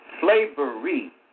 slavery